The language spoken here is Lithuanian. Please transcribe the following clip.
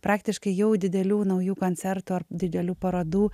praktiškai jau didelių naujų koncertų ar didelių parodų